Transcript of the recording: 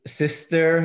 sister